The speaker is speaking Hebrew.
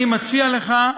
אני מציע לך,